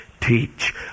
teach